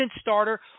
starter